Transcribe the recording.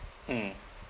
mm